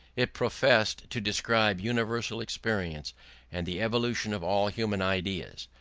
it professed to describe universal experience and the evolution of all human ideas.